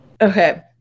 Okay